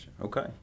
Okay